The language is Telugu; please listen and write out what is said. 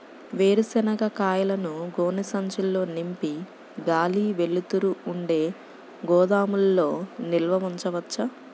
వేరుశనగ కాయలను గోనె సంచుల్లో నింపి గాలి, వెలుతురు ఉండే గోదాముల్లో నిల్వ ఉంచవచ్చా?